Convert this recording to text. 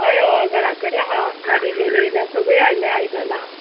हय हय घराकडे आहा गाडी गेले येयल्या सगळी हाडल्या आयदनां